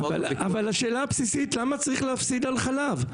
אבל השאלה הבסיסית למה צריך להפסיד על חלב?